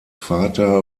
vater